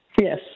Yes